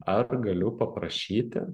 ar galiu paprašyti